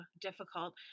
difficult